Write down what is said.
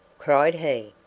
cried he.